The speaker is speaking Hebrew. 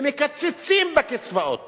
ומקצצים בקצבאות